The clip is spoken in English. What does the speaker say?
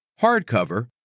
hardcover